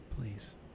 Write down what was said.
Please